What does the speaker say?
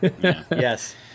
Yes